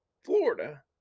Florida